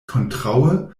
kontraŭe